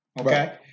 Okay